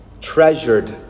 treasured